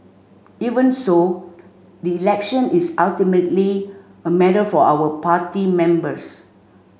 even so election is ultimately a matter for our party members